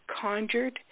conjured